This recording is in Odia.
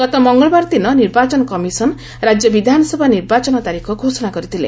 ଗତ ମଙ୍ଗଳବାର ଦିନ ନିର୍ବାଚନ କମିଶନ ରାଜ୍ୟ ବିଧାନସଭା ନିର୍ବାଚନ ତାରିଖ ଘୋଷଣା କରିଥିଲେ